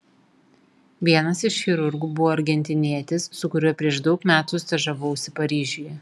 vienas iš chirurgų buvo argentinietis su kuriuo prieš daug metų stažavausi paryžiuje